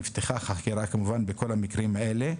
נפתחה חקירה בכל המקרים האלה,